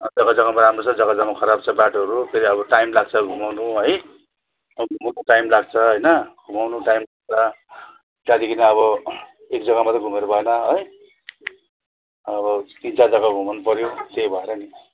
जगा जगामा राम्रो छ जगा जगामा खराब छ बाटोहरू फेरि अब टाइम लाग्छ घुमाउनु है त टाइम लाग्छ होइन घुमाउनु टाइम लाग्छ त्यहाँदेखि अब एक जगा मात्रै घुमेर भएन है अब तिन चार जगा घुमाउनु पऱ्यो त्यही भएर पनि